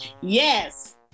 Yes